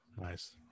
Nice